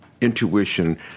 intuition